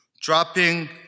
dropping